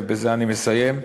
ובזה אני מסיים,